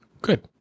good